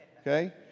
Okay